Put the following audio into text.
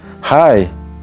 Hi